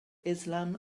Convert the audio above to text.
islam